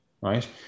right